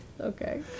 Okay